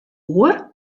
oer